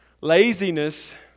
Laziness